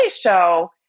show